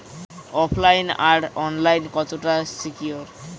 ওফ line আর online কতটা secure?